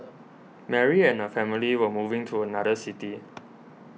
Mary and her family were moving to another city